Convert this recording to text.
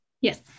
yes